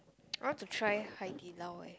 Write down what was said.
I want to try Hai-Di-Lao eh